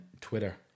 Twitter